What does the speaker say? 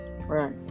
Right